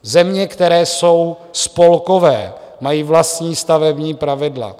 Země, které jsou spolkové, mají vlastní stavební pravidla.